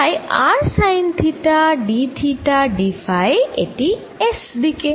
তাই r sine theta d theta d phi এটি S দিকে